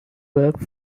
worked